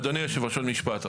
אדוני היושב-ראש, עוד משפט.